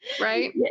right